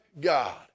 God